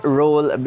role